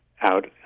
out